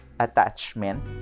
attachment